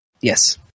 Yes